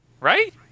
Right